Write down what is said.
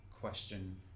question